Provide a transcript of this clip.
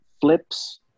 flips